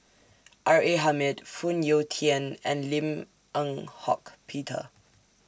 R A Hamid Phoon Yew Tien and Lim Eng Hock Peter